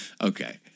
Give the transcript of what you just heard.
Okay